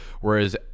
Whereas